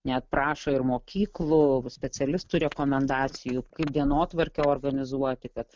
net prašo ir mokyklų specialistų rekomendacijų kaip dienotvarkę organizuoti kad